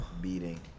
beating